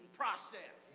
process